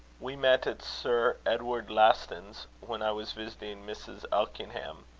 we met at sir edward laston's, when i was visiting mrs. elkingham,